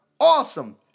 Awesome